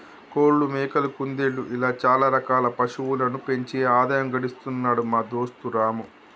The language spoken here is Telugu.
కోళ్లు మేకలు కుందేళ్లు ఇలా చాల రకాల పశువులను పెంచి ఆదాయం గడిస్తున్నాడు మా దోస్తు రాము